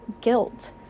guilt